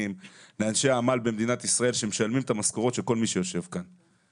ולאנשי העמל שמשלמים את המשכורות של כל מי שיושב כאן.